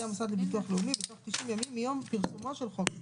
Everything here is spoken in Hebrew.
המוסד לביטוח לאומי בתוך 90 ימים מיום פרסומו של חוק זה.